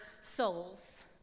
souls